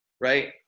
right